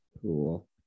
Cool